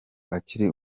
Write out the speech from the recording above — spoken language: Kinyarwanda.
akiri